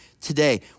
today